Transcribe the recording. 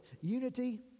unity